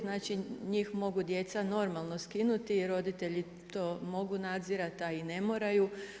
Znači njih mogu djeca normalno skinuti, roditelji to mogu nadzirati a i ne moraju.